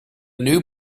new